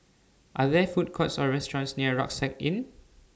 Are There Food Courts Or restaurants near Rucksack Inn